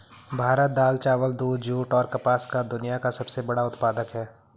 भारत दाल, चावल, दूध, जूट, और कपास का दुनिया का सबसे बड़ा उत्पादक है